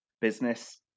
business